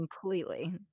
completely